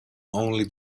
only